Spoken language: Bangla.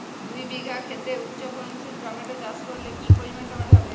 দুই বিঘা খেতে উচ্চফলনশীল টমেটো চাষ করলে কি পরিমাণ টমেটো হবে?